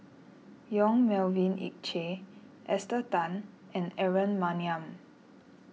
Yong Melvin Yik Chye Esther Tan and Aaron Maniam